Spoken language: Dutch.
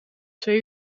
twee